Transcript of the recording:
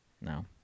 No